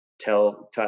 tell